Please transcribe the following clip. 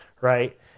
right